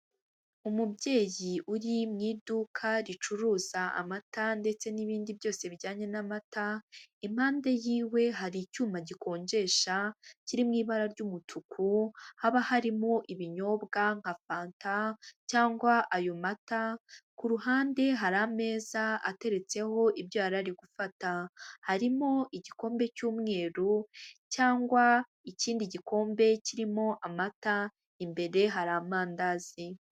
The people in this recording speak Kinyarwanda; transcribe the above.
Umubyeyi uri mu iduka ricuruza amata ndetse n'ibindi byose bijyanye n'amata, impande yiwe hari icyuma gikonjesha, kiri mu ibara ry'umutuku, haba harimo ibinyobwa nka fanta cyangwa ayo mata, ku ruhande hari ameza ateretseho ibyo yari ari gufata. Harimo igikombe cy'umweru cyangwa ikindi gikombe kirimo amata, imbere hari amandazi.